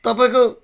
तपाईँको